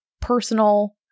personal